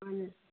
अन्